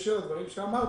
מתקשר לדברים שאמרתי,